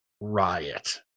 riot